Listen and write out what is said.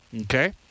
Okay